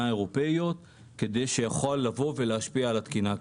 האירופאיות כדי שיוכל לבוא ולהשפיע על התקינה.